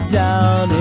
down